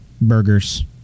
burgers